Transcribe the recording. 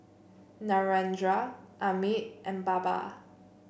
Narendra Amit and Baba